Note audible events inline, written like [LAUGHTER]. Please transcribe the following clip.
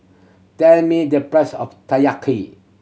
tell me the price of [UNINTELLIGIBLE]